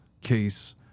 case